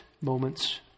moments